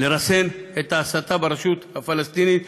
לרסן את ההסתה ברשות הפלסטינית.